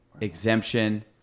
exemption